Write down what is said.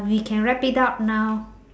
we can wrap it up now